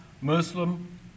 Muslim